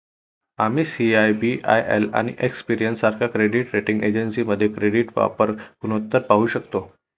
आम्ही सी.आय.बी.आय.एल आणि एक्सपेरियन सारख्या क्रेडिट रेटिंग एजन्सीमध्ये क्रेडिट वापर गुणोत्तर पाहू शकतो